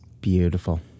Beautiful